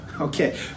Okay